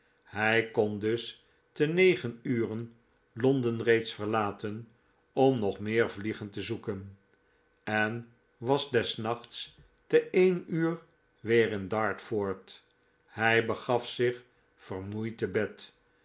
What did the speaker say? hij kon dus te negenuren londen reeds verlaten om nog meer vliegen te zoeken en was des nachts te ee n uur weer in dartford hij begaf zich vermoeid te bed